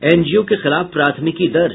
NGO के खिलाफ प्राथमिकी दर्ज